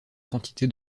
quantité